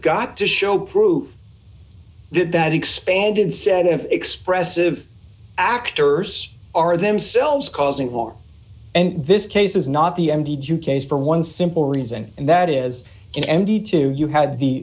got to show proof that expanded set of expressive actors are themselves causing harm and this case is not the empty due case for one simple reason and that is in mt two you had the